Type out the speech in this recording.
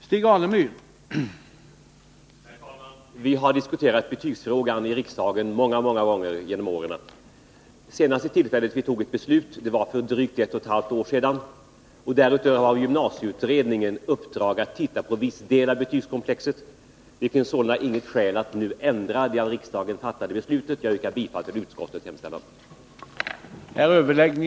Fru talman! Vi har diskuterat betygsfrågan i riksdagen många gånger genom åren. Det senaste tillfället då vi fattade ett beslut var för drygt ett och ett halvt år sedan. Därutöver har gymnasieutredningen uppdrag att se på viss del av betygskomplexet. Det finns sålunda inget skäl att ändra det av riksdagen fattade beslutet. Jag yrkar bifall till utskottets hemställan.